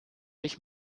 mich